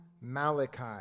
Malachi